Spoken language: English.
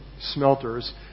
smelters